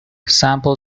sample